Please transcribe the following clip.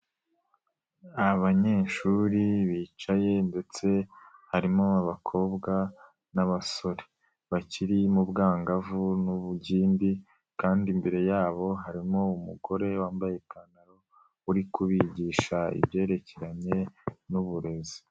Abanyeshuri bicaye ndetse harimo abakobwa n'abasore bakiri mu bwangavu n'ubugimbi, kandi imbere yabo harimo umugore wambaye ipantaro uri kubigisha ibyerekeranye n'uburezi.